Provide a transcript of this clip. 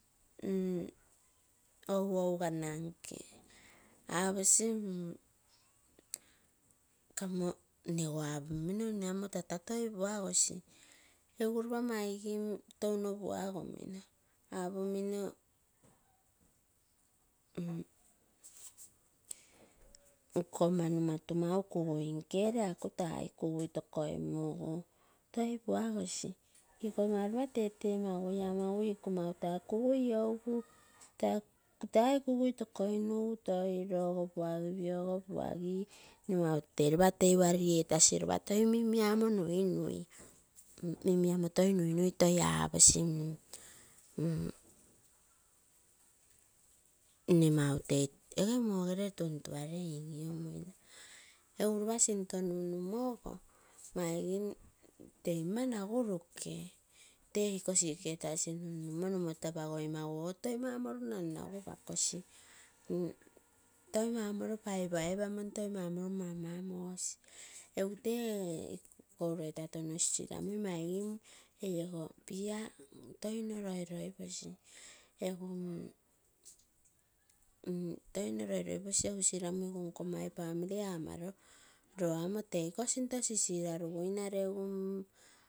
Ouougana aposi kamo nego apomino nego kamo tota toi puagosi egu ropa maigim touno puagomino apomino nkoma numatu mau kugui nke lee aku tai kugai tokoimugu toi puagoi, iko mau ropa tetemagui taa kugui iouga tai kagui tokoimugu toi rogoo puagipio ogo puagi ropa tei worry etasi ropa toi mim miamo nuinui, mim miamo toi nuinui toi aposi mmm nne mau tei ege mogere tun tualei in inoonuina, egu ropa sinto nun numogo maigim te ama naguruke tei iko sick etasi nun numo nomoto apagoi magu toi mau morilo nan ragu pakosi egu tee iko ureitoi touno sisiramusi. Maigim ego beer toi nno loiloi posi, egu toi nno loi-loi posi egu silamumo nkomai family amalo lo amo teiko sinto sisiraluguine regu.